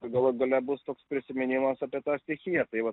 galų gale bus toks prisiminimas apie tą stichiją tai va